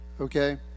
okay